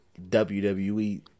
WWE